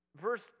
Verse